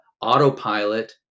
autopilot